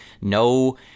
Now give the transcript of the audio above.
no